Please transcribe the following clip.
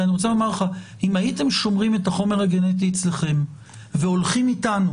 אם הייתם שומרים את החומר הגנטי אצלכם והולכים איתנו